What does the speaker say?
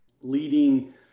leading